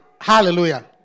Hallelujah